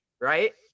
right